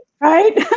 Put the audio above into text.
right